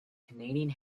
canadian